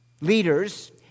leaders